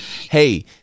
hey